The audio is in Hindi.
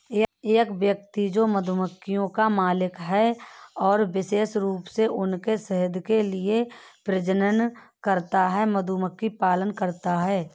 एक व्यक्ति जो मधुमक्खियों का मालिक है और विशेष रूप से उनके शहद के लिए प्रजनन करता है, मधुमक्खी पालक कहलाता है